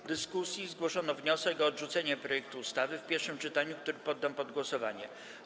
W dyskusji zgłoszono wniosek o odrzucenie projektu ustawy w pierwszym czytaniu, który poddam pod głosowanie.